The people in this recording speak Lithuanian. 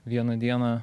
vieną dieną